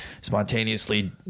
spontaneously